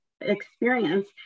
experience